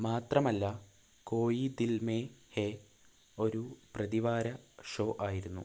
മാത്രമല്ല കോയി ദിൽ മേ ഹേ ഒരു പ്രതിവാര ഷോ ആയിരുന്നു